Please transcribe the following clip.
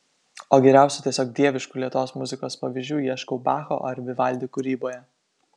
o geriausių tiesiog dieviškų lėtos muzikos pavyzdžių ieškau bacho ar vivaldi kūryboje